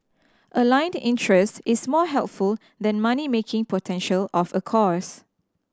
aligned interest is more helpful than money making potential of a course